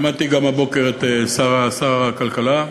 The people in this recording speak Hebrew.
שמעתי הבוקר גם את שר הכלכלה.